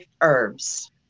herbs